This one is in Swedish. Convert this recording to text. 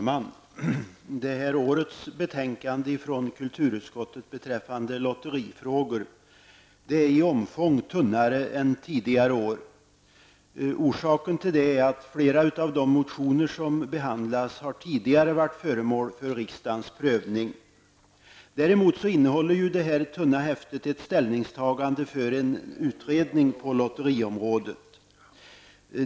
Fru talman! Årets betänkande från kulturutskottet beträffande lotterifrågor är i omfång tunnare än tidigare år. Orsaken till det är att flera av de motioner som behandlas tidigare har varit föremål för riksdagens prövning. Däremot innehåller detta tunna häfte ett ställningstagande för en utredning på lotteriområdet.